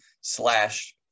slash